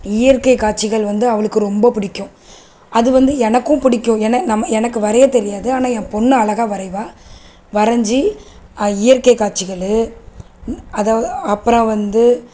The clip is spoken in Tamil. இயற்கை காட்சிகள் வந்து அவளுக்கு ரொம்ப பிடிக்கும் அது வந்து எனக்கும் பிடிக்கும் ஏனா நம்ம எனக்கு வரைய தெரியாது ஆனால் என் பொண்ணு அழகா வரைவா வரைஞ்சு அது இயற்கை காட்சிகள் அத அப்புறம் வந்து